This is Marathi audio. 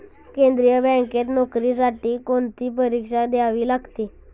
केंद्रीय बँकेत नोकरीसाठी कोणती परीक्षा द्यावी लागते?